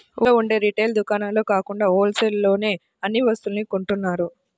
ఊళ్ళో ఉండే రిటైల్ దుకాణాల్లో కాకుండా హోల్ సేల్ లోనే అన్ని వస్తువుల్ని కొంటున్నారు